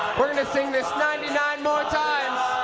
we're going to sing this ninety nine more times!